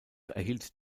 erhielt